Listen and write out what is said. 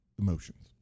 emotions